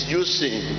using